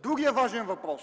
Другият важен въпрос: